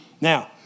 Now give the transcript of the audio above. Now